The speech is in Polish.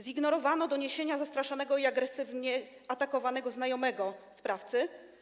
zignorowano doniesienia zastraszanego i agresywnie atakowanego znajomego sprawcy?